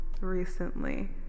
recently